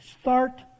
Start